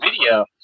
video